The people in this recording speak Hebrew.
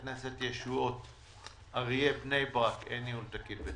המרכז למחקר וישום חקלאי ע"ש חיים מולכו (ע"ר)